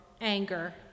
anger